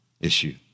issue